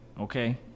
Okay